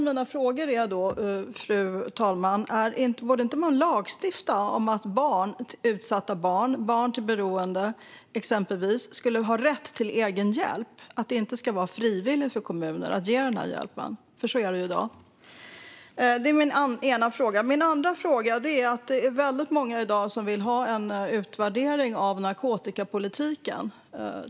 Borde man inte lagstifta om att utsatta barn, exempelvis barn till beroende, ska ha rätt till egen hjälp? Då är det inte frivilligt för kommuner att ge den hjälpen, som det är i dag. Det är väldigt många i dag som vill ha en utvärdering av narkotikapolitiken.